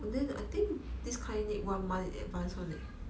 but then I think this kind need one month in advance [one] eh